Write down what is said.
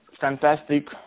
fantastic